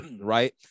right